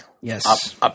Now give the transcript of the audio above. Yes